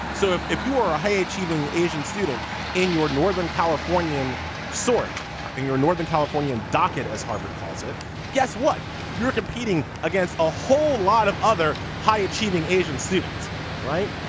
so if if you are a high achieving asian student in your northern californian sort in your northern california docket as harvard calls it guess what you're competing against a whole lot of other high achieving asian students right.